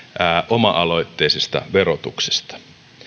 oma aloitteisesta verotuksesta